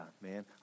man